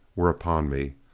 were upon me.